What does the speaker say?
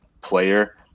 player